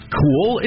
cool